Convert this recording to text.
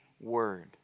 word